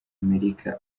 amerika